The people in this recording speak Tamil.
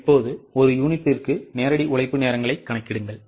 இப்போது ஒரு யூனிட்டுக்கு நேரடி உழைப்பு நேரங்களை கணக்கிடுங்கள்